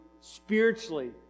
spiritually